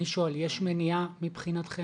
אני שואל, יש מניעה מבחינתכם?